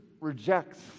rejects